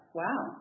wow